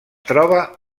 troba